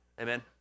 Amen